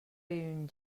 vivim